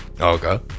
Okay